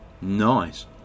Nice